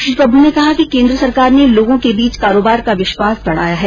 श्री प्रभू ने कहा कि केन्द्र सरकार ने लोगों के बीच कारोबार का विश्वास बढ़ाया है